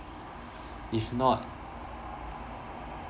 if not